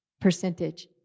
percentage